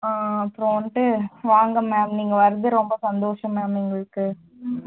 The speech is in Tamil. அப்புறம் வந்துட்டு வாங்க மேம் நீங்கள் வரது ரொம்ப சந்தோஷம் மேம் எங்களுக்கு